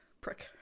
prick